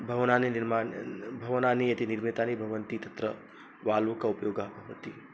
भवनानि निर्माणं भवनानि यदि निर्मितानि भवन्ति तत्र वालुक उपयोगः भवति